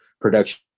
production